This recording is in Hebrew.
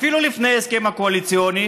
אפילו לפני ההסכם הקואליציוני?